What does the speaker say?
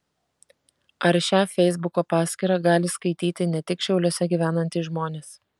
ar šią feisbuko paskyrą gali skaityti ne tik šiauliuose gyvenantys žmonės